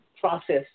process